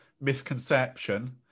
misconception